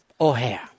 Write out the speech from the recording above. O'Hare